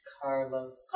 Carlos